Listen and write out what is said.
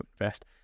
invest